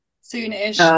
soon-ish